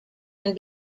can